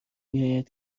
میاید